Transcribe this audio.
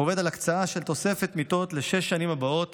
על הקצאה של תוספת מיטות לשש השנים הבאות